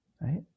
Right